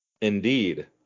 Indeed